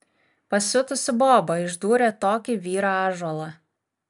pasiutusi boba išdūrė tokį vyrą ąžuolą